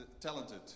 talented